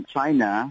China